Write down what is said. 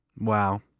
Wow